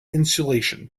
insulation